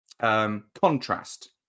Contrast